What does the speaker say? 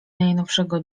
najnowszego